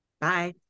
Bye